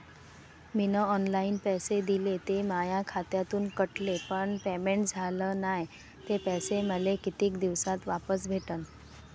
मीन online पैसे दिले, ते माया खात्यातून कटले, पण पेमेंट झाल नायं, ते पैसे मले कितीक दिवसात वापस भेटन?